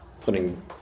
putting